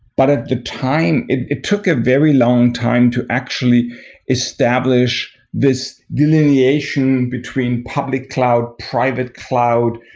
but at the time, it it took a very long time to actually establish this delineation between public cloud, private cloud,